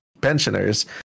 pensioners